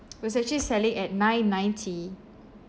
was actually selling at nine ninety